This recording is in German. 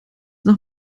noch